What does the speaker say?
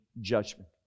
judgment